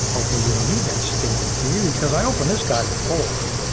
hopefully we don't need that stinking key because i opened this guy before.